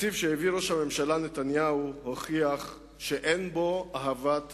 התקציב שהעביר ראש הממשלה נתניהו הוכיח שאין בו אהבת אדם,